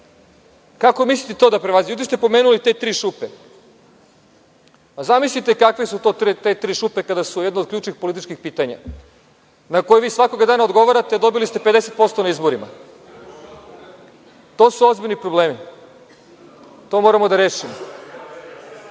Kako mislite to da prevazi… Jutros ste pomenuli te tri šupe. Zamislite kakve su to te tri šupe kada su jedno od ključnih političkih pitanja na koje vi svakog dana odgovarate, a dobili ste 50% na izborima. To su ozbiljni problemi, to moramo da rešimo. Odnos